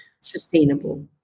sustainable